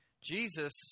Jesus